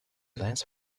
lens